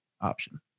option